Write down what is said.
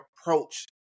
approach